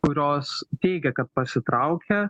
kurios teigia kad pasitraukia